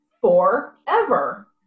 forever